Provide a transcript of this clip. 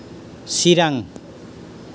Chirang